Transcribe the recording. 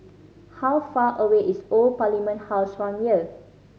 how far away is Old Parliament House from here